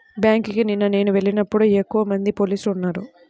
బ్యేంకుకి నిన్న నేను వెళ్ళినప్పుడు ఎక్కువమంది పోలీసులు ఉన్నారు